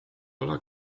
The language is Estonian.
olla